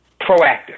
proactive